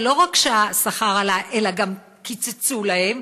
שלא רק שהשכר עלה אלא גם קיצצו להם,